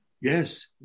Yes